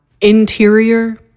Interior